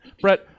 Brett